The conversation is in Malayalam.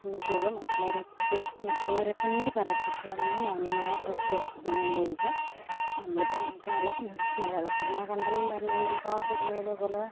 എന്നൊക്കെ ഉളളൂ മറ്റുള്ളവരെ മറ്റുള്ളവരെക്കൊണ്ട് പറയിപ്പിക്കുക നമ്മൾ മാന്യമായ ഡ്രസ്സ് ധരിക്കുക നമ്മളിപ്പം കേരളത്തിൽ മലയാള സിനിമ കണ്ടെന്നും പറഞ്ഞതുകൊണ്ട് നമുക്കാ സിനിമയിലെപ്പോലെ